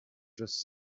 just